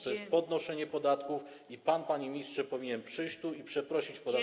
To jest podnoszenie podatków i pan, panie ministrze, powinien przyjść tu i przeprosić podatników.